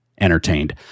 entertained